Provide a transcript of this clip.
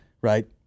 Right